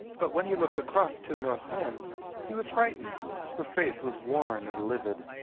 but when he looked across to north wind he was frightened her face was worn and livid.